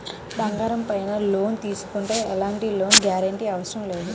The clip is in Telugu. బంగారంపై లోను తీసుకుంటే ఎలాంటి లోను గ్యారంటీ అవసరం లేదు